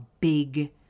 big